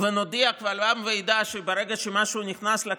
ונודיע קבל עם ועדה שברגע שמשהו נכנס לכנסת,